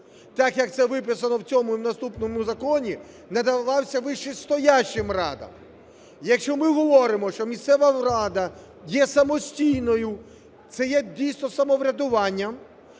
так, як це виписано в цьому і наступному законі, надавався вищестоящим радам. Якщо ми говоримо, що місцева рада є самостійною, це є дійсно самоврядуванням,